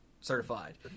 certified